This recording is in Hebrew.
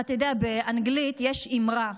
אתה יודע, באנגלית יש אמרה: